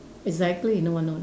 exactly no one know